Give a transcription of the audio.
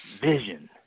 Vision